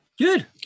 Good